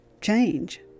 change